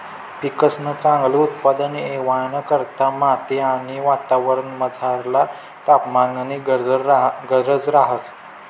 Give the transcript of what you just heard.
पिकंसन चांगल उत्पादन येवाना करता माती आणि वातावरणमझरला तापमाननी गरज रहास